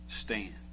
stand